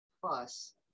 Plus